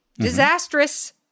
disastrous